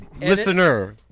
Listener